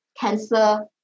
cancer